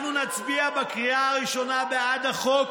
אנחנו נצביע בקריאה כראשונה בעד החוק,